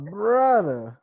brother